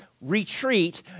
retreat